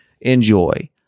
enjoy